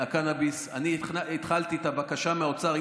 הקנביס, אני התחלתי את הבקשה מהאוצר.